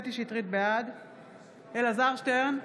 אלעזר שטרן,